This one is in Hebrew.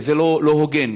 וזה לא הוגן,